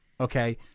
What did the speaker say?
Okay